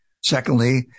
Secondly